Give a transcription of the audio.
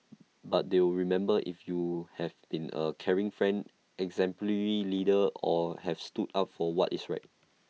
but they'll remember if you have been A caring friend exemplary leader or have stood up for what is right